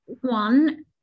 one